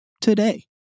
today